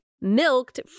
milked